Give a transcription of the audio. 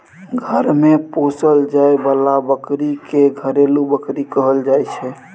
घर मे पोसल जाए बला बकरी के घरेलू बकरी कहल जाइ छै